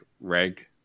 reg